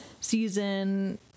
season